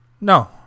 no